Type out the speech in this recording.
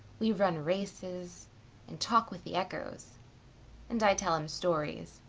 we run races and talk with the echoes and i tell him stories.